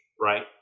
right